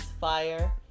fire